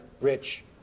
rich